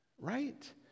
Right